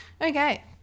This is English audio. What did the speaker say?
Okay